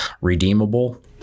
redeemable